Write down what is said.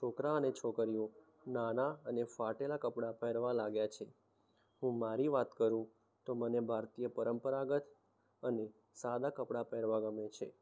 છોકરા અને છોકરીઓ નાનાં અને ફાટેલાં કપડાં પહેરવા લાગ્યાં છે હું મારી વાત કરું તો મને ભારતીય પરંપરાગત અને સાદાં કપડાં પહેરવાં ગમે છે